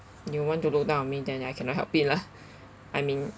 you want to look down on me then I cannot help it lah I mean